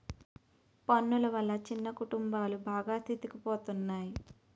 పన్నులు వల్ల చిన్న కుటుంబాలు బాగా సితికిపోతున్నాయి